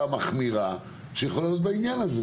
המחמירה שיכולה להיות בעניין הזה.